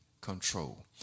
control